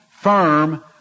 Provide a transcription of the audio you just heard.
firm